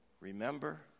remember